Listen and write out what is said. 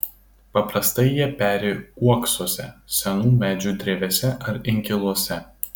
paprastai jie peri uoksuose senų medžių drevėse ar inkiluose